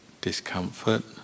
discomfort